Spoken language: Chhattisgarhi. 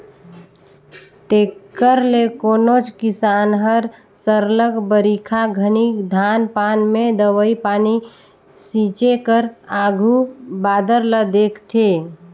तेकर ले कोनोच किसान हर सरलग बरिखा घनी धान पान में दवई पानी छींचे कर आघु बादर ल देखथे